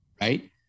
Right